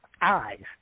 eyes